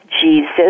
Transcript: Jesus